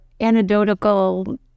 Anecdotal